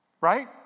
right